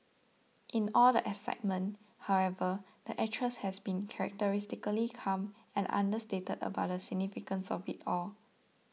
in all the excitement however the actress has been characteristically calm and understated about the significance of it all